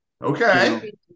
Okay